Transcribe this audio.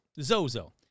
Zozo